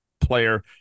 player